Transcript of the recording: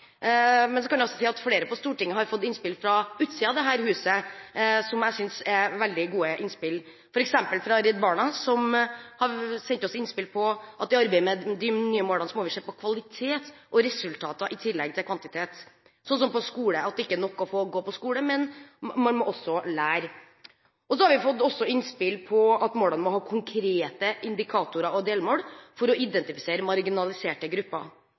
Flere på Stortinget har også fått veldig gode innspill fra utsiden av dette huset. For eksempel har Redd Barna sendt oss innspill om at vi i arbeidet med de nye målene må se på kvalitet og resultater i tillegg til kvantitet, at det er ikke nok å gå på skole, man må også lære. Så har vi også fått innspill om at målene må ha konkrete indikatorer og delmål for å identifisere marginaliserte grupper,